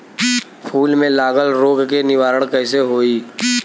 फूल में लागल रोग के निवारण कैसे होयी?